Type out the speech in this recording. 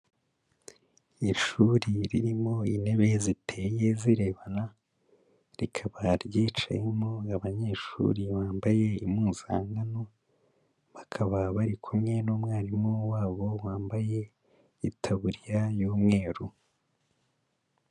Ishuri ririmo intebe ziteye zirebana, rikaba ryicayemo abanyeshuri bambaye impuzankano, bakaba bari kumwe n'umwarimu wabo, wambaye itaburiya y'umweru.